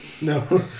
No